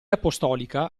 apostolica